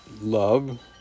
love